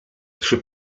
przy